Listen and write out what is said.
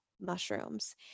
mushrooms